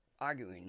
arguing